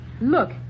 Look